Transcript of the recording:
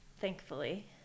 thankfully